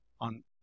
on